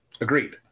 agreed